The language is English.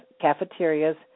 cafeterias